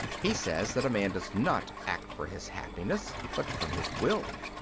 he says that a man does not act for his happiness, but from his will.